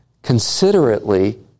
Considerately